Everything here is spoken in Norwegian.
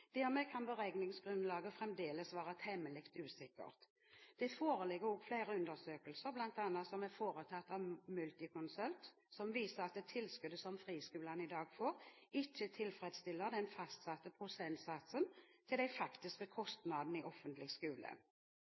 Dermed kan beregningsgrunnlaget fremdeles være temmelig usikkert. Det foreligger også flere undersøkelser, bl.a. en som er foretatt av Multiconsult, som viser at det tilskuddet som friskolene i dag får, ikke tilfredsstiller den fastsatte prosentsatsen til de faktiske kostnadene i offentlig skole.